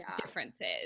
differences